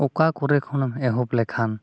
ᱚᱠᱟ ᱠᱚᱨᱮᱜ ᱠᱷᱚᱱᱮᱢ ᱮᱦᱚᱵ ᱞᱮᱠᱷᱟᱱ